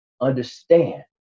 understand